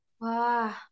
Wow